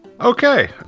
Okay